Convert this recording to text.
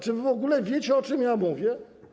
Czy w ogóle wiecie, o czym mówię?